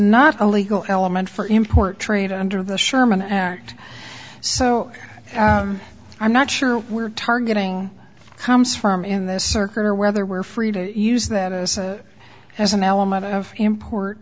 not a legal element for import trade under the sherman act so i'm not sure we're targeting comes from in this circular whether we're free to use that as an element of import